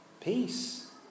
peace